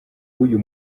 w’uyu